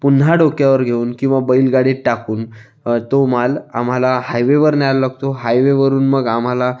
पुन्हा डोक्यावर घेऊन किंवा बैलगाडीत टाकून तो माल आम्हाला हायवेवर न्यायला लागतो हायवेवरून मग आम्हाला